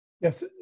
Yes